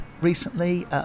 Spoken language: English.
recently